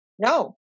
no